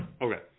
Okay